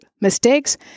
mistakes